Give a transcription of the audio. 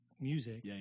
music